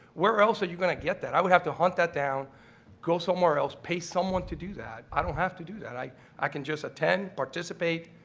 where else are you gonna get that i would have to hunt that down go somewhere else pay someone to do that i don't have to do that i i can just attend participate